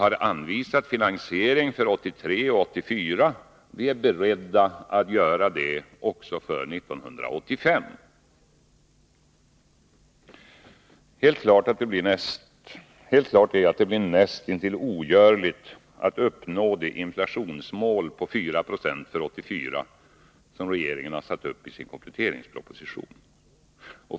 Vi har anvisat finansiering för 1983 och 1984, och vi är beredda att göra det även för 1985. Helt klart är att det blir näst intill ogörligt att uppnå det inflationsmål på 4 70 för 1984 som regeringen har satt upp i sin kompletteringsproposition.